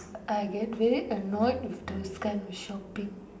I get very annoyed with those kind of shopping